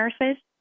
nurses